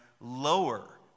lower